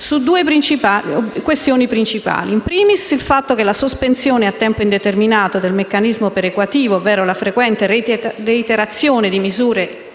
su due questioni principali: *in primis*, il fatto «che la sospensione a tempo indeterminato del meccanismo perequativo, ovvero la frequente reiterazione di misure